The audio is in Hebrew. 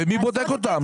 ומי בודק אותם?